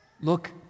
Look